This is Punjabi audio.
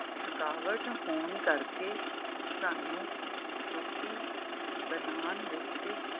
ਥਕਾਵਟ ਹੋਣ ਕਰਕੇ ਸਾਨੂੰ ਰੋਟੀ ਬਣਾਉਣ ਵਿੱਚ